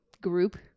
group